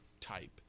type